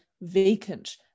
vacant